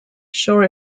sure